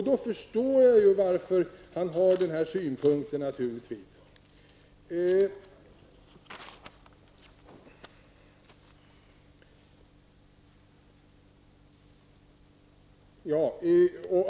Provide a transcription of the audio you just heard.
Jag förstår då varför han säger som han gör.